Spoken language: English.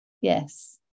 Yes